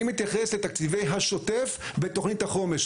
אני מתייחס לתקציבי השוטף בתוכנית החומש.